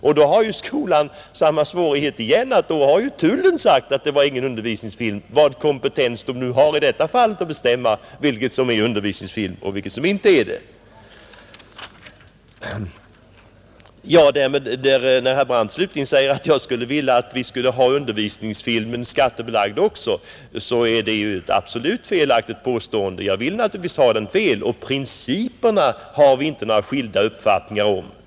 Och då har ju skolan samma svårighet igen, därför att då har ju tullen sagt att det inte var någon undervisningsfilm. Man kan fråga sig vilken kompetens tullen har att bestämma vilket som är undervisningsfilm och vilket som inte är det. Med anledning av att herr Brandt säger att jag skulle vilja att vi skulle ha undervisningsfilmen skattebelagd också vill jag framhålla att det är ett absolut felaktigt påstående. Jag vill naturligtvis ha den fri. Principerna har vi inga skilda uppfattningar om.